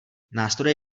nástroje